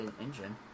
engine